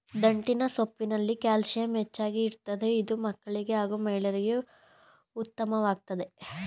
ದಂಟಿನ ಸೊಪ್ಪಲ್ಲಿ ಕ್ಯಾಲ್ಸಿಯಂ ಹೆಚ್ಚಾಗಿ ಇರ್ತದೆ ಇದು ಮಕ್ಕಳಿಗೆ ಹಾಗೂ ಮಹಿಳೆಯರಿಗೆ ಉತ್ಮವಾಗಯ್ತೆ